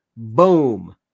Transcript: Boom